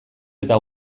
eta